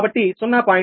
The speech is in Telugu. కాబట్టి 0